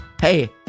hey